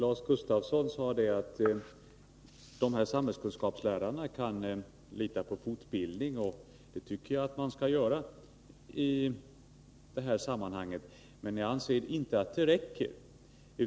Fru talman! Lars Gustafsson sade att samhällskunskapslärarna kan lita till fortbildning. Det tycker jag att man skall göra i det här sammanhanget, men jag anser inte att detta räcker.